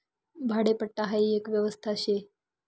भाडेपट्टा हाई एक व्यवस्था शे